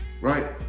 right